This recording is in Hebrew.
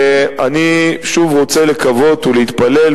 ואני שוב רוצה לקוות ולהתפלל,